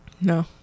No